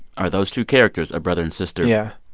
are those two characters, a brother and sister. yeah.